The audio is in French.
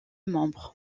membres